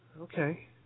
Okay